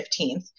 15th